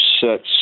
sets